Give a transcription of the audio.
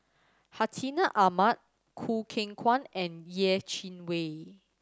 Hartinah Ahmad Choo Keng Kwang and Yeh Chi Wei